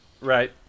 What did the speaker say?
Right